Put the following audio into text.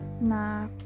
na